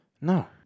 No